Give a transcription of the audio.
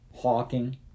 Hawking